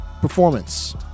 performance